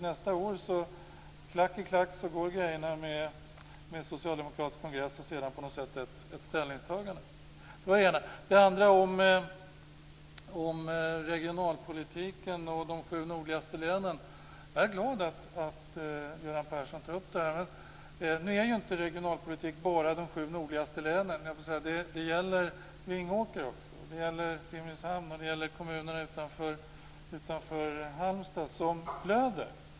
Nästa år går händelserna slag i slag med Socialdemokraternas kongress och sedan på något sätt ett ställningstagande. Det var det ena. Det andra jag vill ta upp är regionalpolitiken och de sju nordligaste länen. Jag är glad att Göran Persson tar upp det här. Men nu är ju inte regionalpolitik bara de sju nordligaste länen. Det gäller Vingåker också, och Simrishamn och kommunerna utanför Halmstad, som blöder.